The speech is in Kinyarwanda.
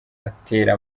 atera